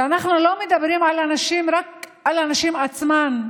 ואנחנו לא מדברים על הילדים, רק על הנשים עצמן,